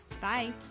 Bye